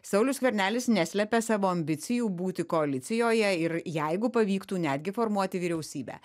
saulius skvernelis neslepia savo ambicijų būti koalicijoje ir jeigu pavyktų netgi formuoti vyriausybę